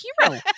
hero